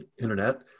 internet